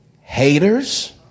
haters